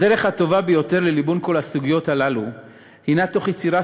הדרך הטובה ביותר לליבון כל הסוגיות הללו היא יצירת